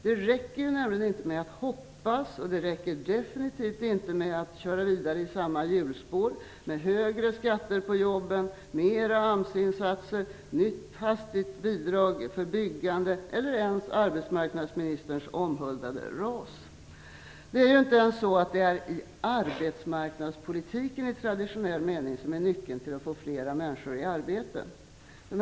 Det räcker nämligen inte med att hoppas, och det räcker definitivt inte med att köra vidare i samma hjulspår, med högre skatter på jobben, mer AMS-insatser, ett nytt hastigt insatt bidrag för byggande eller ens arbetsmarknadsministerns omhuldade RAS. Det är inte ens så att det är arbetsmarknadspolitiken i traditionell mening som är nyckeln till hur vi får fler människor i arbete.